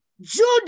Judah